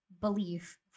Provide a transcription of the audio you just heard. belief